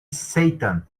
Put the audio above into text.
satan